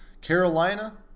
Carolina